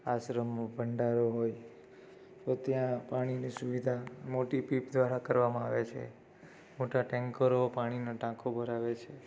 આશ્રમનો ભંડારો હોય તો ત્યાં પાણીની સુવિધા મોટી પીપ દ્વારા કરવામા આવે છે મોટા ટેન્કરો પાણીનો ટાંકો ભરાવે છે